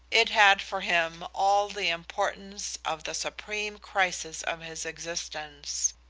it had for him all the importance of the supreme crisis of his existence.